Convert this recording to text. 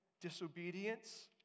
disobedience